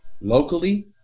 locally